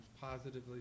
positively